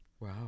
Wow